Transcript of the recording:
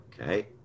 Okay